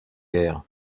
guerres